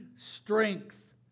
Strength